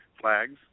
Flags